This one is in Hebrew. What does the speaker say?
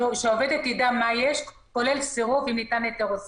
שהעובדת תדע מה יש כולל סירוב ואם ניתן היתר או סירוב.